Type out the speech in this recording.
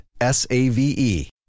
S-A-V-E